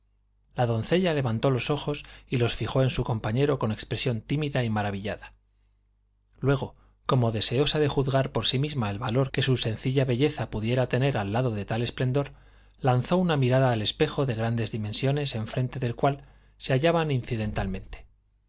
la doncella levantó los ojos y los fijo en su compañero con expresión tímida y maravillada luego como deseosa de juzgar por sí misma el valor que su sencilla belleza pudiera tener al lado de tal esplendor lanzó una mirada al espejo de grandes dimensiones enfrente del cual se hallaban incidentalmente